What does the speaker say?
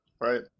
Right